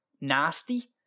nasty